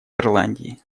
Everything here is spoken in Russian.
ирландии